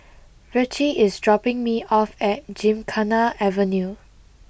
Ritchie is dropping me off at Gymkhana Avenue